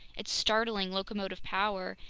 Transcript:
its startling locomotive power,